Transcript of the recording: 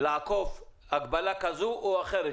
לעקוף הגבלה כזו או אחרת.